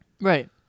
Right